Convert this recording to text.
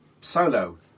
solo